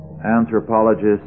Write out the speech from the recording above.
Anthropologists